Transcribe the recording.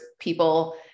people